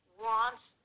wants